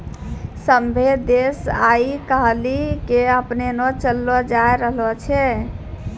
सभ्भे देश आइ काल्हि के अपनैने चललो जाय रहलो छै